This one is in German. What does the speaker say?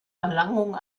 erlangung